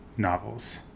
novels